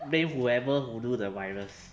blame whoever who do the virus